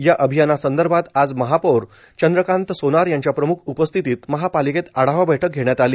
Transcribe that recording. या अभियानासंदर्भात आज महापौर चंद्रकांत सोनार यांच्या प्रमुख उपस्थितीत महापालिकेत आढावा बैठक घेण्यात आली